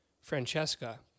Francesca